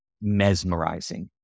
mesmerizing